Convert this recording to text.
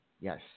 Yes